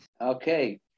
Okay